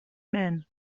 man